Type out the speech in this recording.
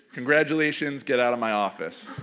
congratulations, get out of my office.